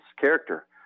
character